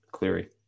Cleary